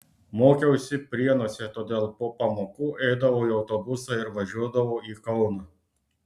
mokiausi prienuose todėl po pamokų eidavau į autobusą ir važiuodavau į kauną